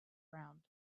round